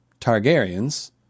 Targaryens